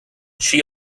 she